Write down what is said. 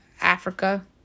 Africa